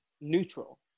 neutral